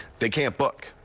they can't book.